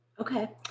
Okay